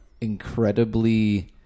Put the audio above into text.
incredibly